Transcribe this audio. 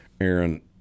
Aaron